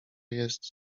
jest